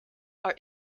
are